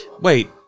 Wait